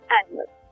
animals